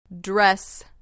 Dress